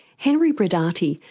henry brodaty,